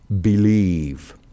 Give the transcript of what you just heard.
believe